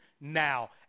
now